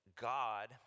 God